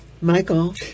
Michael